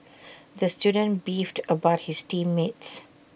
the student beefed about his team mates